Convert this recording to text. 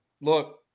look